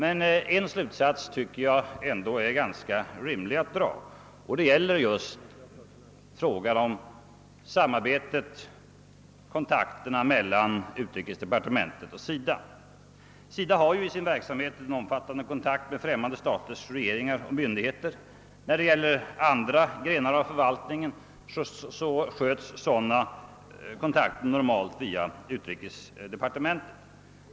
En slutsats som dock är rimlig gäller just samarbetet och kontakterna mellan utrikesdepartementet och SIDA. SIDA har i sin verksamhet en omfattande kontakt med främmande staters regeringar och myndigheter. När det gäller andra grenar av förvaltningen sköts sådana kontakter normalt via utrikesdepartementet.